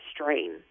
strain